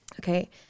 Okay